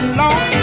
long